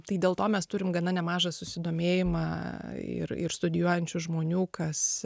tai dėl to mes turim gana nemažą susidomėjimą ir ir studijuojančių žmonių kas